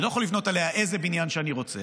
אני לא יכול לבנות עליה איזה בניין שאני רוצה.